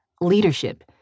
leadership